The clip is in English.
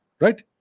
right